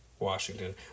Washington